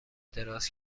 دراز